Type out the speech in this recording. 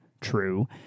True